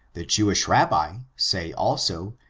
the jewish rabbi say, also,